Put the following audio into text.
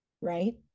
right